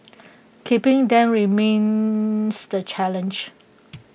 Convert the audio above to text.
keeping them remains the challenge